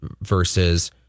versus